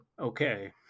okay